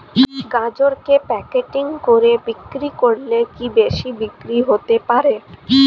গাজরকে প্যাকেটিং করে বিক্রি করলে কি বেশি বিক্রি হতে পারে?